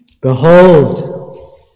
Behold